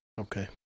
Okay